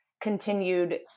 continued